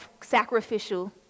sacrificial